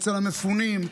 אצל המפונים,